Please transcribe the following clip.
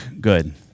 good